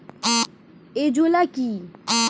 Azolla কি?